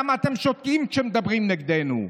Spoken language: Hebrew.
למה אתם שותקים כשמדברים נגדנו?